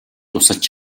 тусалж